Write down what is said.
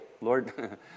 Lord